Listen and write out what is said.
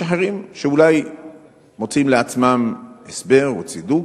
יש אחרים שאולי מוצאים לעצמם הסבר או צידוק,